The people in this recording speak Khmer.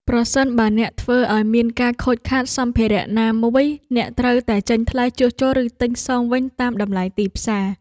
ប្រសិនបើអ្នកធ្វើឱ្យមានការខូចខាតសម្ភារៈណាមួយអ្នកត្រូវតែចេញថ្លៃជួសជុលឬទិញសងវិញតាមតម្លៃទីផ្សារ។